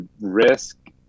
risk